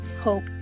hope